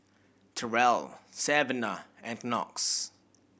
Terrell Savanah and Knox